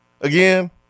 again